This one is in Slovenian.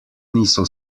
niso